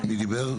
מי דיבר?